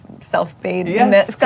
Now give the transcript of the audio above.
self-made